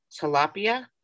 tilapia